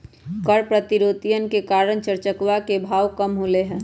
कर प्रतियोगितवन के कारण चर चकवा के भाव कम होलय है